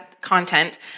content